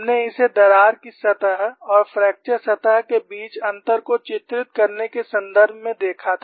हमने इसे दरार की सतह और फ्रैक्चर सतह के बीच अंतर को चित्रित करने के संदर्भ में देखा था